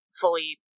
fully